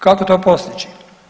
Kako to postići?